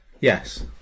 Yes